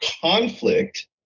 conflict